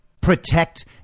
protect